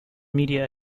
media